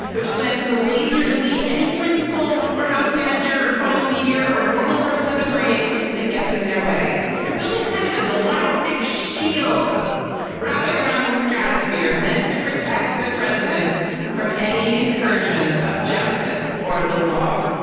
which plans to laser delete any principal warehouse manager or falling meteor or normal person with a brain that gets in their way. they're building kind of a galactic shield wrapping around the stratosphere, meant to protect the president from any incursion of justice or the law.